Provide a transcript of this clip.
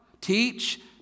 Teach